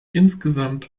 insgesamt